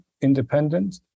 independent